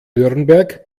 nürnberg